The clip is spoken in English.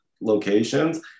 locations